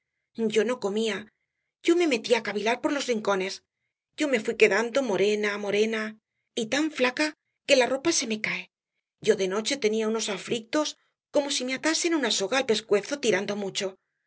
yo no comía yo me metía á cavilar por los rincones yo me fuí quedando morena morena y tan flaca que la ropa se me cae yo de noche tenía unos aflictos como si me atasen una soga al pescuezo tirando mucho